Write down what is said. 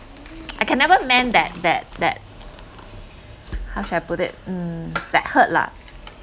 I can never mend that that that how shall I put it mm that hurt lah